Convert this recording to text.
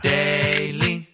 daily